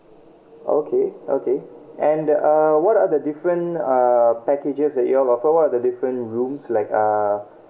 okay okay and the uh what are the different uh packages that you all offer what are the different rooms like uh